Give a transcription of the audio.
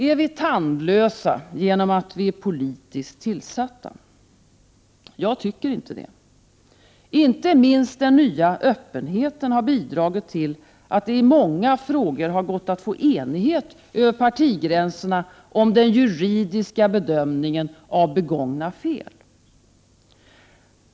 Är vi tandlösa genom att vi är politiskt tillsatta? Jag tycker inte det. Inte minst den nya öppenheten har bidragit till att det i många frågor har gått att få enighet över partigränserna om den juridiska bedömningen av begångna fel.